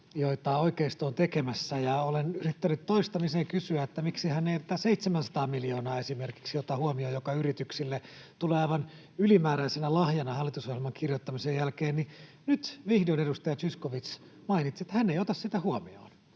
joita oikeisto on tekemässä. Olen yrittänyt toistamiseen kysyä, miksi hän ei ota huomioon esimerkiksi tätä 700:aa miljoonaa, mikä yrityksille tulee aivan ylimääräisenä lahjana hallitusohjelman kirjoittamisen jälkeen. Nyt vihdoin edustaja Zyskowicz mainitsi, että hän ei ota sitä huomioon.